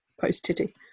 Post-titty